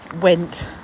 went